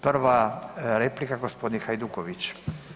Prva replika gospodin Hajduković.